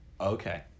Okay